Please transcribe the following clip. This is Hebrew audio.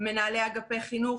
מנהלי אגפי חינוך,